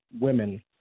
women